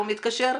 הוא מתקשר,